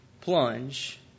plunge